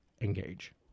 engage